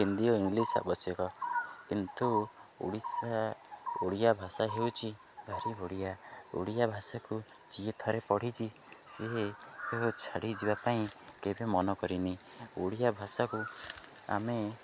ହିନ୍ଦୀ ଓ ଇଂଲିଶ ଆବଶ୍ୟକ କିନ୍ତୁ ଓଡ଼ିଶା ଓଡ଼ିଆ ଭାଷା ହେଉଛି ଭାରି ବଢ଼ିଆ ଓଡ଼ିଆ ଭାଷାକୁ ଯିଏ ଥରେ ପଢ଼ିଛି ସିଏ ଛାଡ଼ିଯିବା ପାଇଁ କେବେ ମନେ କରିନି ଓଡ଼ିଆ ଭାଷାକୁ ଆମେ